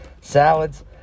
salads